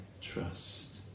trust